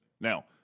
Now